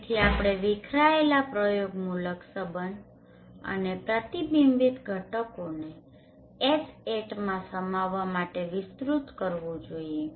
તેથી આપણે વિખરાયેલા પ્રયોગમૂલક સંબંધ અને પ્રતિબિંબિત ઘટકોને Hatમાં સમાવવા માટે વિસ્તૃત કરવું જોઈએ